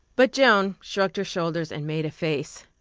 but joan shrugged her shoulders and made a face.